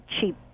cheap